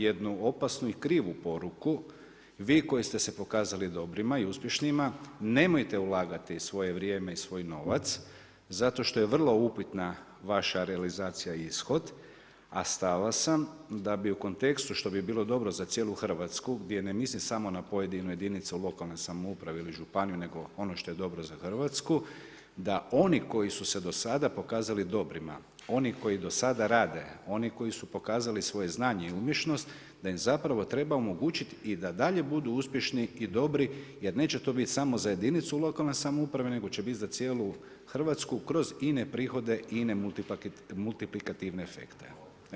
Jednu opasnu i krivu poruku, vi koji ste se pokazali dobrima i uspješnima nemojte ulagati svoje vrijeme i svoj novac zato što je vrlo vaša realizacija i ishod a stava sam da bi u kontekstu što bi bilo dobro za cijelu Hrvatsku gdje ne mislim samo na pojedine jedinice lokalne samouprave ili županiju nego ono što je dobro za Hrvatsku da oni koji su se do sada pokazali dobrima, oni koji do sada rade, oni koji su pokazali svoje znanje i umješnost da im zapravo treba omogućiti i da dalje budu uspješni i dobri jer neće to biti samo za jedinicu lokalne samouprave nego će biti za cijelu Hrvatsku kroz ine prihode i ine multiplikativne efekte.